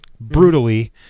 brutally